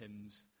hymns